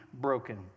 broken